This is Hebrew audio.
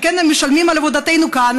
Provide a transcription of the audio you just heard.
שכן הם משלמים על עבודתנו כאן,